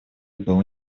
был